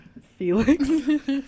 Felix